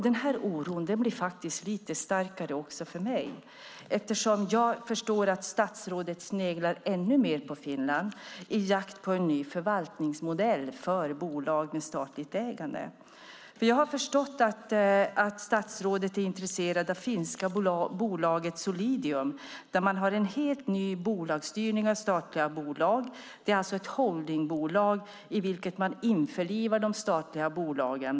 Denna oro blir lite starkare också för mig eftersom jag förstår att statsrådet sneglar ännu mer på Finland i jakt på en ny förvaltningsmodell för bolag med statligt ägande. Jag har förstått att statsrådet är intresserad av det finska bolaget Solidium, där man har en helt ny bolagsstyrning av statliga bolag. Det är ett holdingbolag i vilket man införlivar de statliga bolagen.